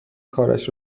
کارش